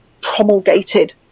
promulgated